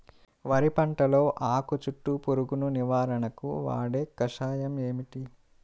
వరి పంటలో ఆకు చుట్టూ పురుగును నివారణకు వాడే కషాయం ఏమిటి?